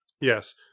Yes